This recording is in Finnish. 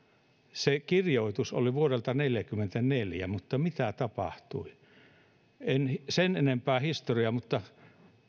se kirjoitus oli vuodelta neljäkymmentäneljä mutta mitä tapahtui en sen enempää historiaa mutta